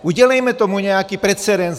Udělejme tomu nějaký nový precedens.